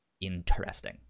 interesting